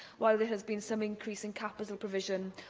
while there has been some increase in capital provision,